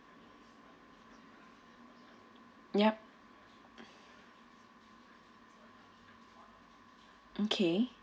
yup okay